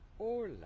Hola